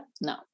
No